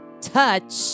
touch